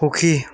সুখী